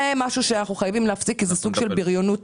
זה משהו שאנחנו חייבים להפסיק כי זה סוג של בריונות